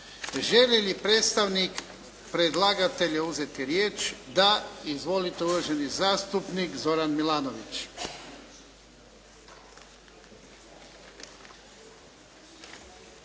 Želi li predstavnik predlagatelja uzeti riječ? Da. Izvolite. Uvaženi zastupnik Zoran Milanović.